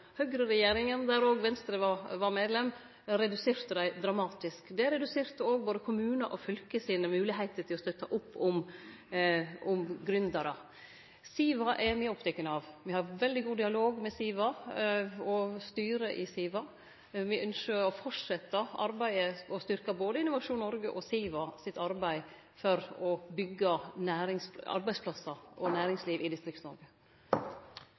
der òg Venstre var medlem – reduserte dramatisk. Det reduserte òg både kommunane og fylka sine moglegheiter til å støtte opp om gründerar. SIVA er me oppteken av. Me har veldig god dialog med SIVA og styret der. Me ynskjer å fortsetje arbeidet og styrke både Innovasjon Norge og SIVA sitt arbeid for å byggje arbeidsplassar og næringsliv i